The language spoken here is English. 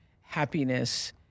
happiness